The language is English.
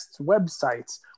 websites